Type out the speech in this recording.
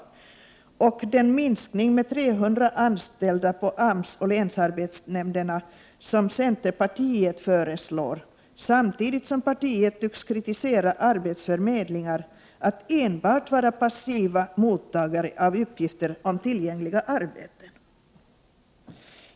Vidare avstyrker utskottet ett förslag om att minska antalet anställda vid AMS och länsarbetsnämnderna med 300 personer — ett förslag som centerpartiet står bakom, samtidigt som partiet tycks kritisera arbetsförmedlingar för att enbart vara passiva mottagare av uppgifter om tillgängliga arbeten.